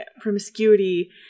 promiscuity